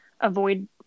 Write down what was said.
avoid